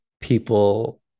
people